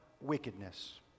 wickedness